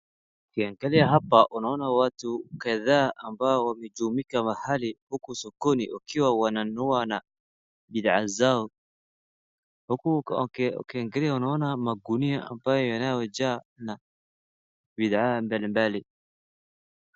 Inayo endelea hapa unaona watu kadhaa ambao hutumika mahali huku soko wakiwa wananunua bidhaa zao. Huku ukiangalia unaona magunia ambaye inayojaa bidhaa mbalimbali.